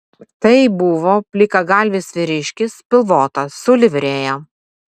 tai buvo plikagalvis vyriškis pilvotas su livrėja